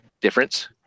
Difference